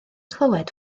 clywed